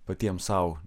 patiems sau